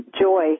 joy